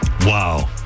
Wow